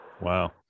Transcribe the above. Wow